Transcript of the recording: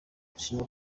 ndashima